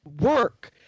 work